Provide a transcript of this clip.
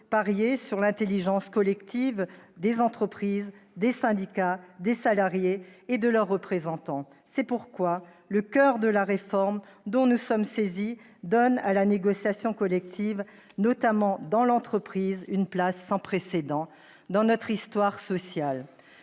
parier sur l'intelligence collective des entreprises, des syndicats, des salariés et de leurs représentants. C'est pourquoi le coeur de la réforme dont nous sommes saisis donne à la négociation collective, notamment dans l'entreprise, une place sans précédent dans notre histoire sociale.